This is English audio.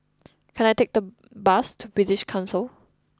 can I take the bus to British Council